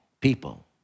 people